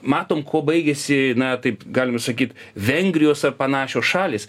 matom kuo baigėsi na taip galima sakyt vengrijos ar panašios šalys